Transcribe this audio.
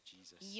Jesus